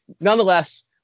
nonetheless